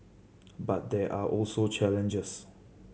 but there are also challenges